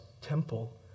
temple